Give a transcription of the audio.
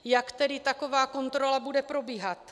Jak tedy taková kontrola bude probíhat?